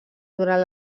durant